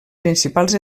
principals